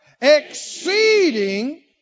exceeding